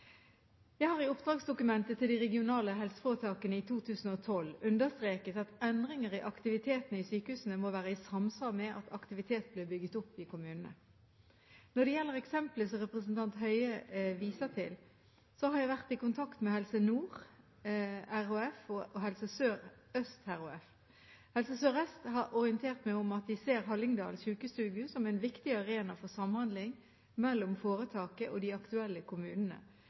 Jeg har i oppdragsdokumentet til de regionale helseforetakene i 2012 understreket at endringer i aktiviteten i sykehusene må være i samsvar med at aktivitet blir bygd opp i kommunene. Når det gjelder eksemplene som representanten Høie viser til, har jeg vært i kontakt med Helse Nord RHF og Helse Sør-Øst RHF. Helse Sør-Øst har orientert meg om at de ser Hallingdal Sjukestugu som en viktig arena for samhandling mellom foretaket og de aktuelle kommunene,